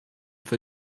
für